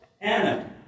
Anna